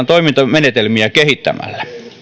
toimintamenetelmiä kehittämällä